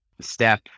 step